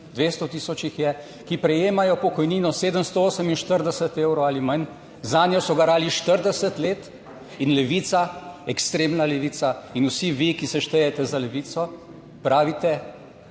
200000 jih je, ki prejemajo pokojnino 748 evrov ali manj, zanjo so garali 40 let in levica, ekstremna levica, in vsi vi, ki se štejete za Levico, pravite,